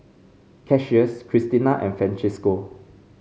Cassius Cristina and Francisco